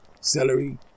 celery